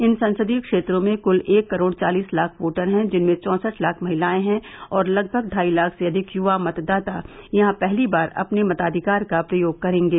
इन संसदीय क्षेत्रों में कुल एक करोड़ चालीस लाख बोटर हैं जिनमें चौसठ लाख महिलायें हैं और लगभग ढ़ाई लाख से अधिक युवा मतदाता यहां पहली बार अपने मताधिकार का प्रयोग करेंगे